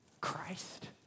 Christ